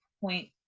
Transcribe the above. point